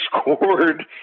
scored